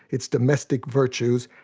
its domestic virtues,